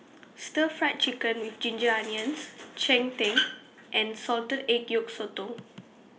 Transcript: Stir Fried Chicken with Ginger Onions Cheng Tng and Salted Egg Yolk Sotong